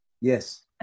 Yes